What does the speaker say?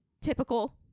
Typical